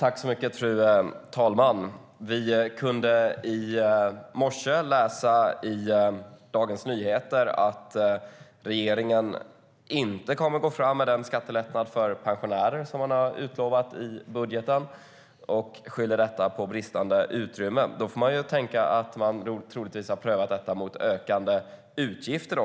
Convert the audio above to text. Fru talman! Vi kunde i morse läsa i Dagens Nyheter att regeringen inte kommer att gå fram med den skattelättnad för pensionärer som den har utlovat i budgeten och skyller detta på bristande utrymme. Då får man tänka att den troligtvis har prövat detta mot ökande utgifter.